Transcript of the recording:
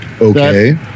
Okay